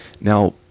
Now